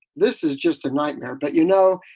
this is just a nightmare. but, you know,